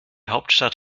hauptstadt